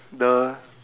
the